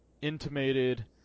intimated